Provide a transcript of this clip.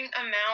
amount